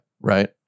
right